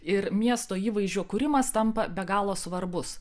ir miesto įvaizdžio kūrimas tampa be galo svarbus